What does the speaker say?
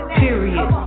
period